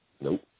Nope